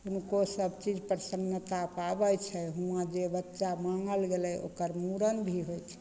हुनको सबचीज प्रसन्नता पाबै छै हुआँ जे बच्चा माँगल गेलै ओकर मूड़न भी होइ छै